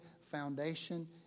foundation